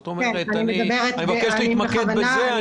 אני מבקש להתמקד בזה.